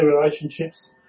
relationships